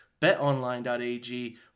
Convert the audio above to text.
betonline.ag